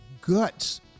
guts